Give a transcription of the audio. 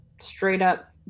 straight-up